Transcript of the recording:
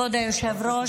כבוד היושב-ראש,